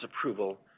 approval